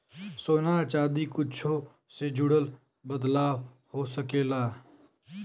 सोना चादी कुच्छो से जुड़ल बदलाव हो सकेला